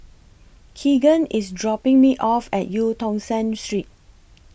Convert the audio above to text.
Keegan IS dropping Me off At EU Tong Sen Street